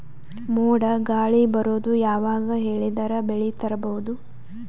ಮೋಡ ಗಾಳಿ ಬರೋದು ಯಾವಾಗ ಹೇಳಿದರ ಬೆಳೆ ತುರಬಹುದು?